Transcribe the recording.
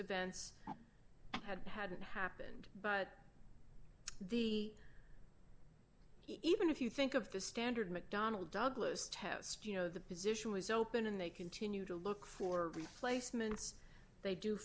events had hadn't happened but the even if you think of the standard mcdonnell douglas test you know the position was open and they continue to look for replacements they do